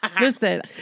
Listen